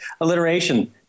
alliteration